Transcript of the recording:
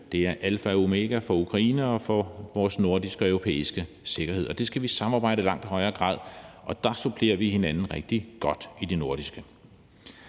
olie er alfa og omega for Ukraine og for vores nordiske og europæiske sikkerhed, og det skal vi samarbejde om i langt højere grad, og der supplerer vi hinanden rigtig godt i det nordiske.